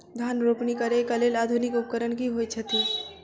धान रोपनी करै कऽ लेल आधुनिक उपकरण की होइ छथि?